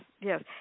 yes